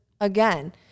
again